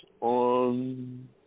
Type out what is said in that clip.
on